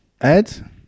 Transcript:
Ed